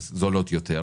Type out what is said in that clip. זולות יותר.